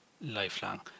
lifelong